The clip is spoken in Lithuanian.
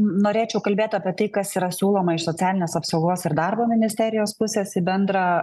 norėčiau kalbėt apie tai kas yra siūloma iš socialinės apsaugos ir darbo ministerijos pusės į bendrą